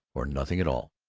or nothing at all,